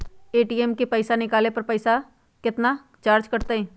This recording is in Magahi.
ए.टी.एम से पईसा निकाले पर पईसा केतना चार्ज कटतई?